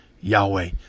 Yahweh